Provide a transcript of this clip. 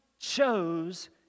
chose